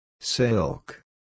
Silk